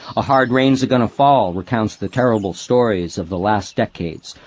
a hard rain's a-gonna fall recounts the terrible stories of the last decades,